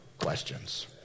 questions